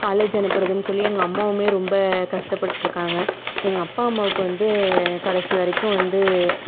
college அனுப்புகிறதுன்னு சொல்லி எங்கள் அம்மாவுமே ரொம்ப கஷ்டப்பட்டிருக்காங்க எங்கள் அப்பா அம்மாவுக்கு வந்து கடைசி வரைக்கும் வந்து